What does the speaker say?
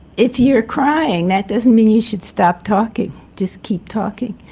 if you're crying, that doesn't mean you should stop talking, just keep talking.